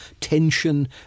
tension